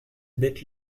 bêtes